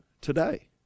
today